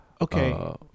Okay